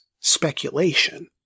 speculation